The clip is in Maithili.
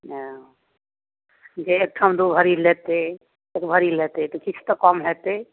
ओ जे एखन दू भरी लेतै दू भरी लेतै तऽ किछु तऽ कम हेतै